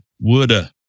woulda